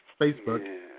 Facebook